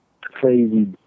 crazy